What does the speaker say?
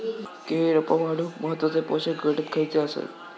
केळी रोपा वाढूक महत्वाचे पोषक घटक खयचे आसत?